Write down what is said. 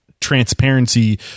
transparency